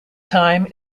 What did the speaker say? time